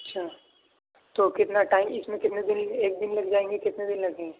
اچھا تو کتنا ٹائم اس میں کتنے دن ایک دن لگ جائیں گے کتنے دن لگیں گے